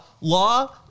law